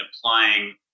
applying